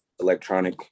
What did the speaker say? electronic